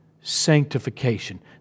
sanctification